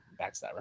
Backstabber